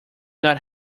not